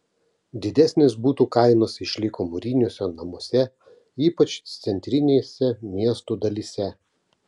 didesnės butų kainos išliko mūriniuose namuose ypač centrinėse miestų dalyse